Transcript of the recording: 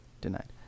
Denied